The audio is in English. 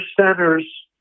center's